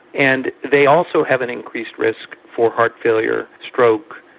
and they also have an increased risk for heart failure, stroke,